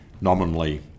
nominally